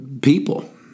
people